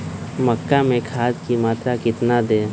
मक्का में खाद की मात्रा कितना दे?